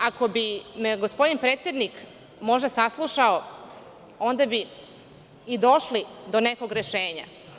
Ako bi me gospodin predsednik možda saslušao onda bi i došli do nekog rešenja.